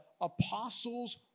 apostles